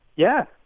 yeah.